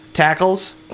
tackles